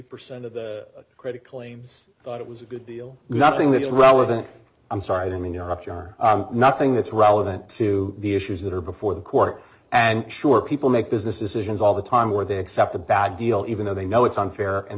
percent of the credit claims thought it was a good deal nothing that is relevant i'm sorry not john nothing that's relevant to the issues that are before the court and sure people make business decisions all the time where they accept a bad deal even though they know it's unfair and